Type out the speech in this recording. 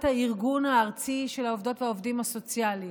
הארגון הארצי של העובדות והעובדים הסוציאליים: